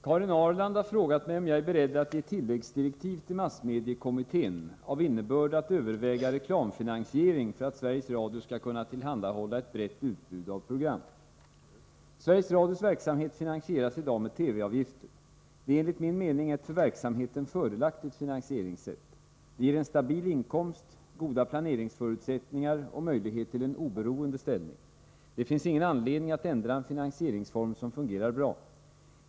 Herr talman! Karin Ahrland har frågat mig om jag är beredd att ge tilläggsdirektiv till massmediekommittén av innebörd att överväga reklamfinansiering för att Sveriges Radio skall kunna tillhandahålla ett brett utbud av program. Sveriges Radios verksamhet finansieras i dag med TV-avgifter. Det är enligt min mening ett för verksamheten fördelaktigt finansieringssätt. Det ger en stabil inkomst, goda planeringsförutsättningar och möjlighet till en oberoende ställning. Det finns ingen anledning att ändra en finansieringsform som fungerar bra.